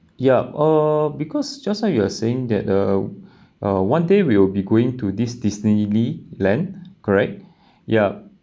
yup uh because just now you were saying that uh one day we will be going to this disney~ ney land correct yup